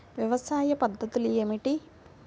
వ్యవసాయ పద్ధతులు ఏమిటి?